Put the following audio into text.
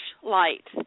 flashlight